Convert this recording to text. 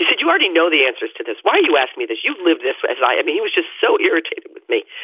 you already know the answers to this. why you ask me that? you've lived this as i am. he was just so irritated with me.